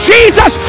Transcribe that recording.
Jesus